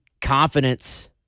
confidence